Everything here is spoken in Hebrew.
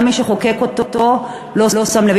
וגם מי שחוקק אותו לא שם לב אליה.